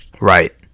right